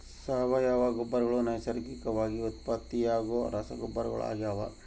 ಸಾವಯವ ಗೊಬ್ಬರಗಳು ನೈಸರ್ಗಿಕವಾಗಿ ಉತ್ಪತ್ತಿಯಾಗೋ ರಸಗೊಬ್ಬರಗಳಾಗ್ಯವ